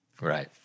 Right